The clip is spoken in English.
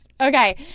okay